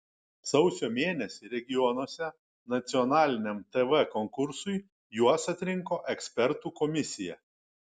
sausio mėnesį regionuose nacionaliniam tv konkursui juos atrinko ekspertų komisija